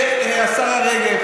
השרה רגב,